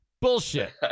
bullshit